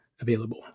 available